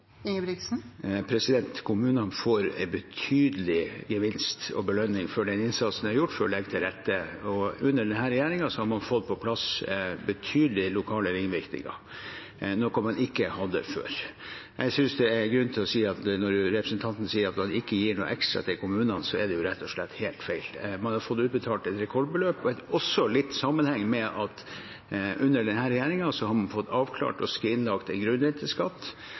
får en betydelig gevinst og belønning for den innsatsen de har gjort for å legge til rette. Under denne regjeringen har man fått på plass tiltak som gir betydelige ringvirkninger lokalt, noe man ikke hadde før. Jeg synes det er grunn til å si at når representanten sier at man ikke gir noe ekstra til kommunene, er det rett og slett helt feil. Man har fått utbetalt et rekordbeløp, og det har også sammenheng med at under denne regjeringen har man fått avklart